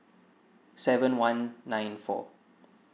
seven one nine four